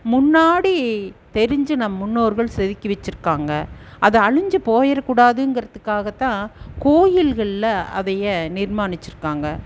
முன்னாடி தெரிஞ்சு நம் முன்னோர்கள் செதுக்கி வைச்சுருக்காங்க அது அழிஞ்சு போயிடக்கூடாதுங்குறதுக்கதான் கோயில்களில் அதையே நிர்மாணித்திருக்காங்க